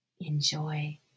Enjoy